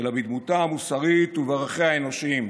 אלא בדמותה המוסרית ובערכיה האנושיים",